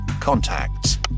contacts